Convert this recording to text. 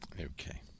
Okay